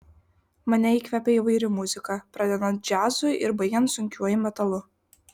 mane įkvepia įvairi muzika pradedant džiazu ir baigiant sunkiuoju metalu